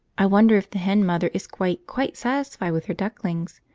i wonder if the hen mother is quite, quite satisfied with her ducklings!